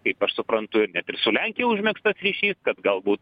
kaip aš suprantu ir net ir su lenkija užmegztas ryšys kad galbūt